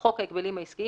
חוק ההגבלים העסקיים)"